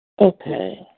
Okay